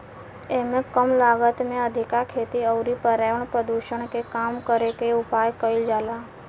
एइमे कम लागत में अधिका खेती अउरी पर्यावरण प्रदुषण के कम करे के उपाय कईल जाला